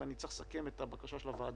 אם אני צריך לסכם את הבקשה של הוועדה